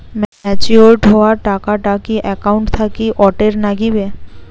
Matured হওয়া টাকাটা কি একাউন্ট থাকি অটের নাগিবে?